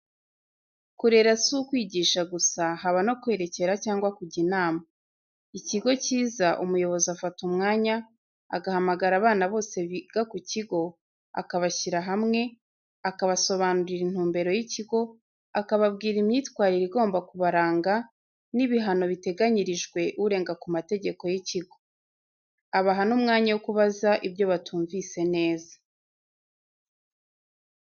Kurera si ukwigisha gusa, haba no kwerekera cyangwa kujya inama. Ikigo cyiza, umuyobozi afata umwanya, agahamagara abana bose biga ku kigo, akabashyira hamwe, akabasobanurira intumbero y'ikigo, akababwira imyitwarire igomba kubaranga, n'ibihano biteganyirijwe urenga ku mategeko y'ikigo. Abaha n'umwanya wo kubaza ibyo batumvise neza.